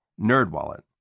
NerdWallet